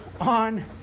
on